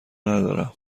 ندارم